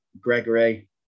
Gregory